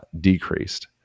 decreased